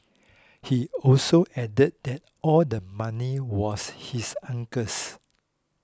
he also added that all the money was his uncle's